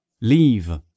leave